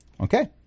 Okay